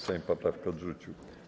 Sejm poprawkę odrzucił.